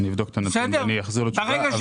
כפי שאמרתי, אבדוק את הנושא ואחזור עם תשובה.